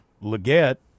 Leggett